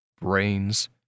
brains